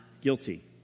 guilty